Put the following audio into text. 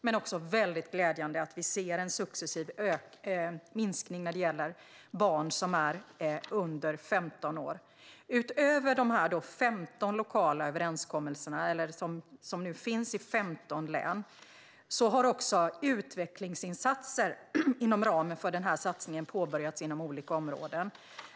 Det är dock väldigt glädjande att vi ser en successiv minskning när det gäller barn som är under 15 år. Utöver de 15 lokala överenskommelser som nu finns i 15 län har utvecklingsinsatser inom ramen för den här satsningen påbörjats inom olika områden.